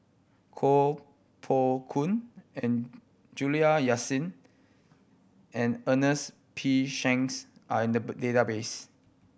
Koh Poh Koon and Juliana Yasin and Ernest P Shanks are in the database